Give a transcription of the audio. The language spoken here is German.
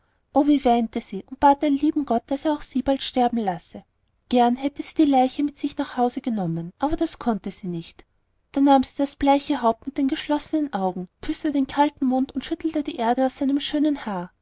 sie und bat den lieben gott daß er sie auch bald sterben lasse gern hätte sie die leiche mit sich nach hause genommen aber das konnte sie nicht da nahm sie das bleiche haupt mit den geschlossenen augen küßte den kalten mund und schüttelte die erde aus seinem schönen haar